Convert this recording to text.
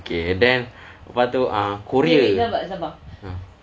okay then lepas tu korea ah